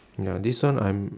ya this one I'm